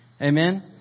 Amen